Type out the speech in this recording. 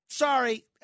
sorry